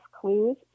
clues